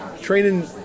training